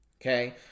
Okay